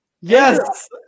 Yes